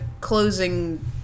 closing